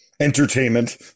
entertainment